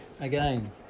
again